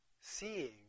seeing